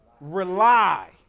Rely